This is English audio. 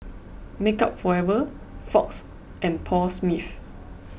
Makeup Forever Fox and Paul Smith